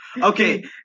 Okay